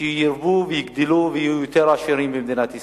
שירבו ויגדלו ויהיו יותר עשירים במדינת ישראל.